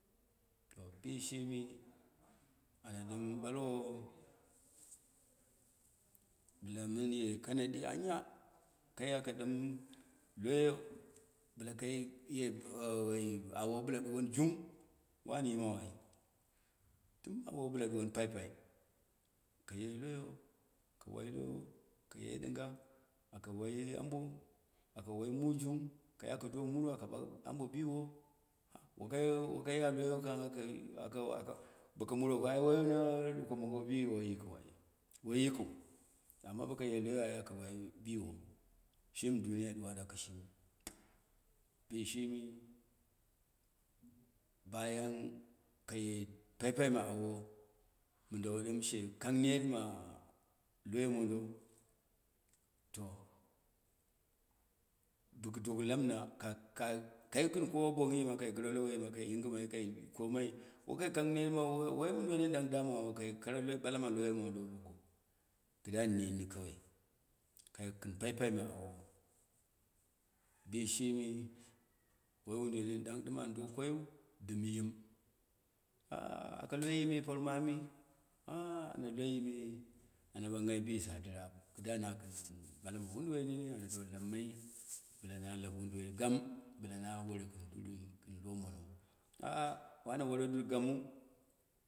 To bishimi ana ɗɨm balwo, bɨla mɨnye ka naɗi anya? Kai aka ɗɨm hayo bɨla kai ye woi awo wo bɨla ɗuwon juma? Wani yimau ai, dɨm awo wo bɨla ɗuwon papai, kaye layo, ka wai low, kaye dinga? Ako wai abo, aka wai mujung, kai akado muru ake bak abo biyo bokai bokai ya loyon kan kai ake boko muro ko ai wi naɗuko manap bi wai yi kir ai, woi yi kiu to ama boko ye layo ai ako wai biwo, shimi duniya ɗuwana kɨshimi, bishimi bayan kaye pai pai ma awo, mɨn dawo ɗɨm she kang net ma loyo mondo, to baku doku bmɨna kai kɨu kowo bonghi ma ka gɨre low me kai ying mai kai komai wokoi kang ner ma wo woi woduwoi min ɗang ɗang na awo kai kara ɓalama layo mondo kɨda nen ni isaw kawai, kai pai pai ma aw bishini wo woduwai nin ɗang ɗɨm ando kongiu, ɗɨm yin ako loi yini por mamiu ana loi yimi ana banghai bi sati rap, kɨda na bala wodowoi mini ana do lammai bɨla na lap woduwoi gam bɨla ma wore duri domomu a a wana wori duri gamu.